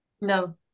No